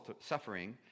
suffering